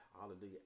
hallelujah